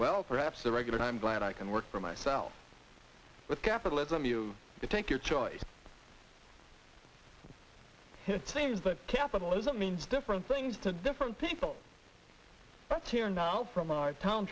well perhaps the regular i'm glad i can work for myself with capitalism you take your choice it seems that capitalism means different things to different people let's hear now from our town